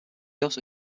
also